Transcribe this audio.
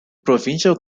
provincial